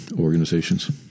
organizations